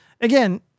again